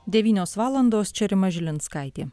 devynios valandos čia rima žilinskaitė